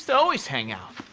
so always hang out.